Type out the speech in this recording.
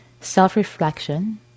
self-reflection